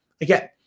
Again